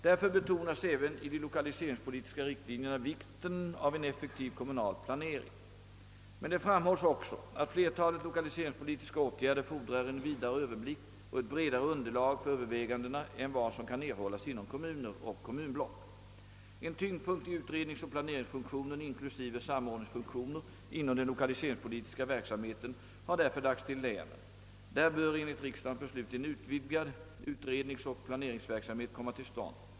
Därför betonas även i de lokaliseringspolitiska riktlinjerna vikten av en effektiv kommunal planering. Men det framhålls också att flertalet lokaliseringspolitiska åtgärder fordrar en vidare överblick och ett bredare underlag för övervägandena än vad som kan erhållas inom kommuner och kommunblock. En tyngdpunkt i utredningsoch planeringsfunktionen inklusive samordningsfunktionen inom den lokaliseringspolitiska verksamheten har därför lagts till länen. Där bör enligt riksdagens beslut en utvidgad utredningsoch planeringsverksamhet komma till stånd.